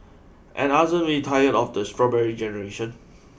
and aren't we tired of the strawberry generation